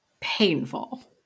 painful